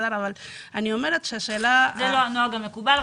רק נאמר שזה לא הנוהג המקובל.